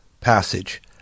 passage